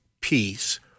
peace